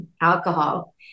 alcohol